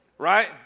Right